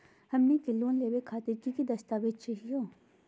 हमनी के लोन लेवे खातीर की की दस्तावेज चाहीयो?